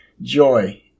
joy